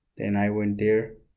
then i went there